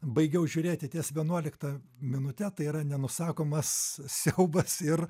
baigiau žiūrėti ties vienuolikta minute tai yra nenusakomas siaubas ir